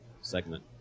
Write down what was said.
segment